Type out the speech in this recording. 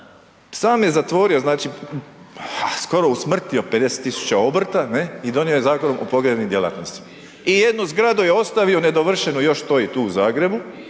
Sam je zatvorio, znači skoro usmrtio 50 tisuća obrta, ne? I donio je Zakon o pogrebnim djelatnostima i jednu zgradu je ostavio nedovršenu, još stoji tu u Zagrebu